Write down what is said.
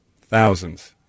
thousands